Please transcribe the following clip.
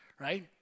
right